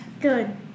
Good